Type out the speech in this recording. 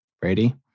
Brady